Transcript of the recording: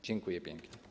Dziękuję pięknie.